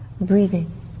breathing